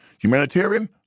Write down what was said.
Humanitarian